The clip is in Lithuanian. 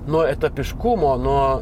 nuo etapiškumo nuo